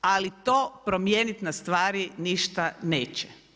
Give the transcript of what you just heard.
Ali to promijeniti na stvari ništa neće.